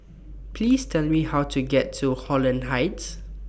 Please Tell Me How to get to Holland Heights